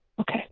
Okay